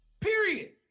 Period